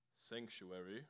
sanctuary